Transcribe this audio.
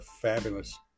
fabulous